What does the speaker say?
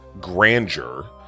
grandeur